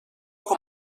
con